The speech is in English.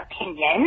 opinion